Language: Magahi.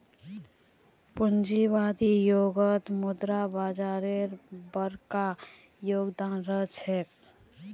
पूंजीवादी युगत मुद्रा बाजारेर बरका योगदान रह छेक